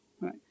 Right